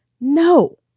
No